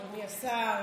אדוני השר,